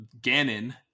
ganon